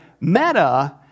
meta